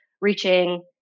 reaching